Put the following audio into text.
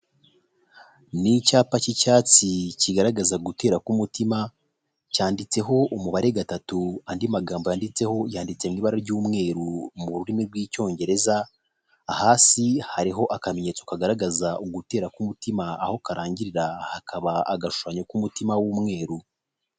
Ni icyapa cy'icyatsi kigaragaza gutera k'umutima cyanditseho umubare gatatu andi magambo yanditseho yanditse mu ibara ry'umweru mu rurimi rw'icyongereza hasi hariho akamenyetso kagaragaza ugutera k'umutima aho karangirira hakaba hari agashushanyo k'umutima w'umweru.